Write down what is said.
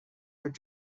بود